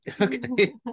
Okay